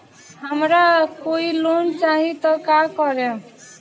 हमरा कोई लोन चाही त का करेम?